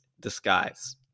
disguise